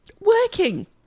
working